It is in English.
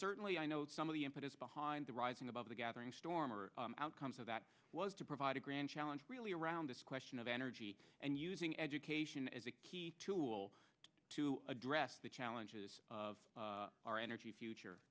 certainly i know some of the impetus behind the rising above the gathering storm or outcomes of that was to provide a grand challenge really around this question of energy and using education as a key tool to address the challenges of our energy